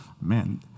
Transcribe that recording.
man